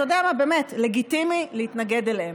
לגיטימי להתנגד להם,